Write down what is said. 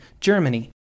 Germany